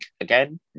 again